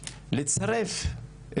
לצרף,